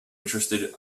interested